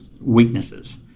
weaknesses